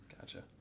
Gotcha